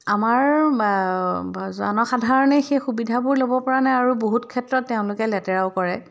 আমাৰ জনসাধাৰণে সেই সুবিধাবোৰ ল'ব পৰা নাই আৰু বহুত ক্ষেত্ৰত তেওঁলোকে লেতেৰাও কৰে